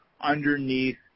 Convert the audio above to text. underneath